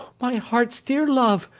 my heart's dear love!